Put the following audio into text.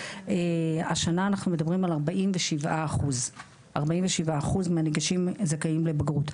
השנה אנחנו מדברים על 47% מהנגשים זכאים לבגרות.